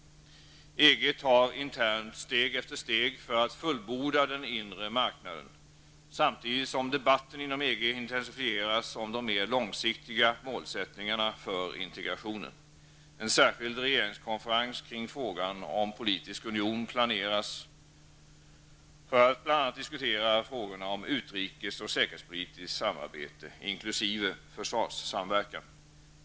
EG tar internt steg efter steg för att fullborda den inre marknaden, samtidigt som debatten inom EG intensifieras om mer långsiktiga målsättningar för integrationen. En särskild regeringskonferens kring frågan om en politisk union planeras för att man bl.a. skall diskutera frågorna om utrikes och säkerhetspolitiskt samarbete, inkl. försvarssamverkan.